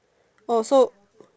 oh so